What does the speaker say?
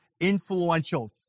influential